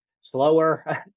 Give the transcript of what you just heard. slower